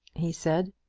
he said.